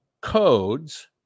codes